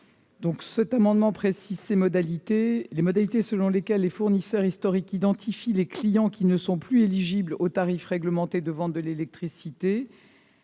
Cet amendement a pour objet de préciser les modalités selon lesquelles les fournisseurs historiques identifient les clients qui ne sont plus éligibles aux tarifs réglementés de vente de l'électricité.